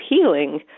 healing